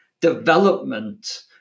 development